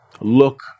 look